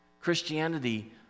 Christianity